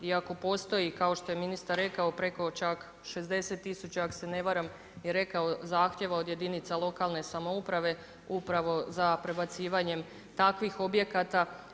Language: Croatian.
I ako postoji kao što je ministar rekao preko čak 60000 ako se ne varam je rekao zahtjeva od jedinica lokalne samouprave upravo za prebacivanjem takvih objekata.